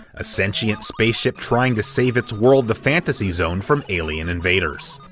a sentient space ship trying to save its world, the fantasy zone, from alien invaders.